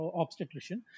obstetrician